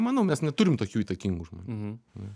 manau mes neturim tokių įtakingų žmonių